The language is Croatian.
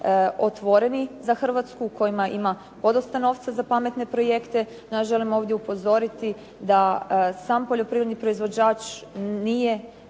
otvoreni za Hrvatsku, u kojima ima podosta novca za pametne projekte. Ja želim ovdje upozoriti da sam poljoprivredni proizvođač nije